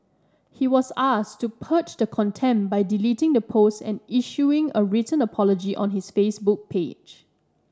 he was asked to purge the contempt by deleting the post and issuing a written apology on his Facebook page